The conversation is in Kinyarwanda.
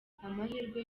amahirwe